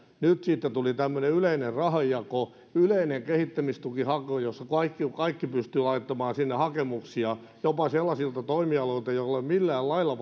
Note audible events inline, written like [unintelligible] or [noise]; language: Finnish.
nyt siitä tuli tämmöinen yleinen rahanjako yleinen kehittämistukihaku jossa kaikki pystyvät laittamaan sinne hakemuksia jopa sellaisilta toimialoilta joilla ei ole millään lailla [unintelligible]